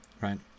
right